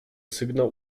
sygnał